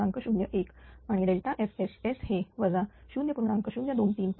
01 आणि FSS हे 0